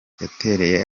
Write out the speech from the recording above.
yatereye